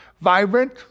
vibrant